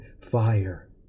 fire